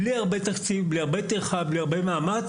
בלי הרבה תקציב, טרחה ומאמץ